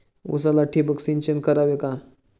उसाला ठिबक सिंचन करावे का?